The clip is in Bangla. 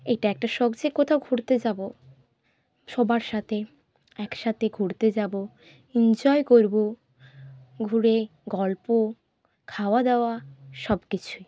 এটা একটা শখ যে কোথাও ঘুরতে যাব সবার সাথে একসাথে ঘুরতে যাব এনজয় করব ঘুরে গল্প খাওয়া দাওয়া সব কিছুই